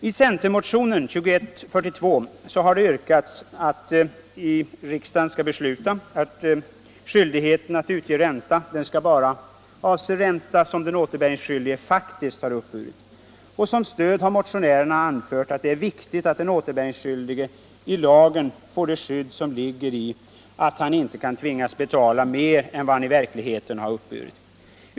I centermotionen 2142 har yrkats att riksdagen skall besluta att skyldigheten att utge ränta bara skall avse ränta som den återbäringsskyldige faktiskt har uppburit. Som stöd har motionärerna anfört att det är viktigt att den återbäringsskyldige i lagen får det skydd som ligger i att han inte kan tvingas betala mer än han i verkligheten har uppburit.